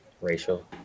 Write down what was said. racial